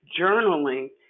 journaling